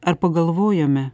ar pagalvojome